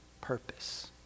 purpose